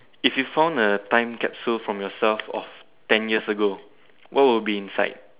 if you found a time capsule from yourself ten years ago what would be inside